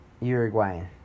Uruguayan